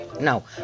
no